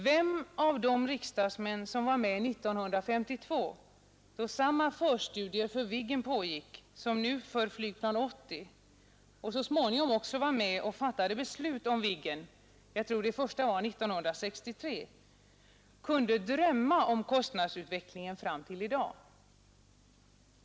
Vem bland de riksdagsmän som var med 1952, då samma förstudier för Viggen pågick som nu för flygplan 80, och så småningom också var med och fattade beslut om Viggen — jag tror det första gången var år 1963 — kunde drömma om kostnadsutvecklingen fram till i dag?